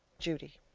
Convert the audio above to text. judy